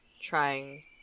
trying